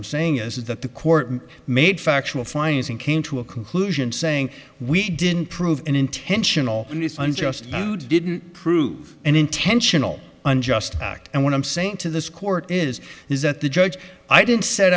i'm saying is that the court made factual financing came to a conclusion saying we didn't prove an intentional innocent just didn't prove an intentional unjust act and what i'm saying to this court is is that the judge i did set